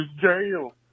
jail